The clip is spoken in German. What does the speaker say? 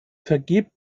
vergebt